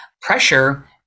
pressure